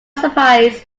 surprise